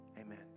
Amen